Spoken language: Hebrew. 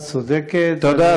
את צודקת, תודה.